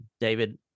David